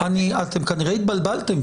אתם כנראה התבלבלתם,